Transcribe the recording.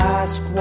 ask